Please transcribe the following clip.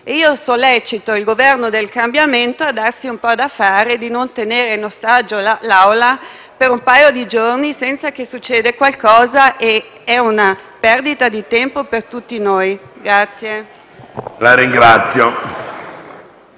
Io sollecito il Governo del cambiamento a darsi un po' da fare e a non tenere in ostaggio l'Aula per un paio di giorni, senza che succeda nulla. È questa una perdita di tempo per tutti noi. *(Applausi dal